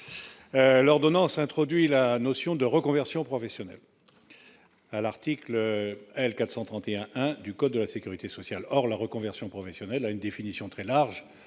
considérée introduit la notion de « reconversion professionnelle » à l'article L. 431-1 du code de la sécurité sociale. Or la reconversion professionnelle a une définition très large,